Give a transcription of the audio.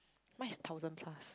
mine is thousand plus